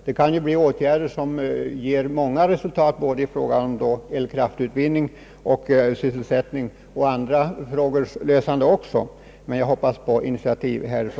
Det kan ju bli fråga om åtgärder, som förutom att förebygga översvämningar även kan ge resultat i form av elkraft och ökade sysselsättningsmöjligheter.